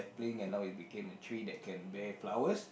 playing and now it became a tree that can bear flowers